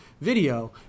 video